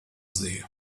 see